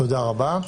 תודה רבה.